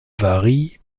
varie